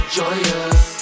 joyous